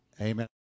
amen